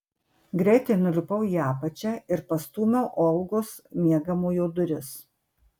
greitai nulipau į apačią ir pastūmiau olgos miegamojo duris